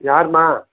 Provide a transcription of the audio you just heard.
யாரும்மா